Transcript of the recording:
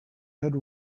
had